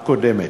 הקודמת.